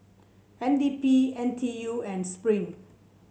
N D P N T U and Spring